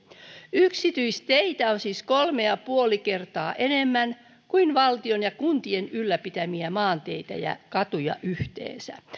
yksityisteitä on siis kolme pilkku viisi kertaa enemmän kuin valtion ja kuntien ylläpitämiä maanteitä ja katuja yhteensä